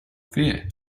fear